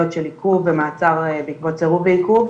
של עיכוב ומעצר בעקבות סירוב העיכוב,